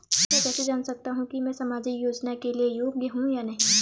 मैं कैसे जान सकता हूँ कि मैं सामाजिक योजना के लिए योग्य हूँ या नहीं?